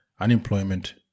Unemployment